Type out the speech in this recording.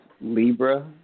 Libra